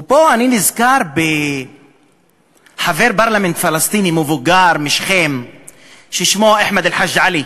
ופה אני נזכר בחבר פרלמנט פלסטיני מבוגר משכם ששמו אחמד אלחאג' עלי,